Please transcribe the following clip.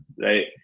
right